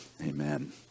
Amen